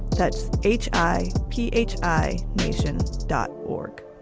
that's h i p h i nacion dot org.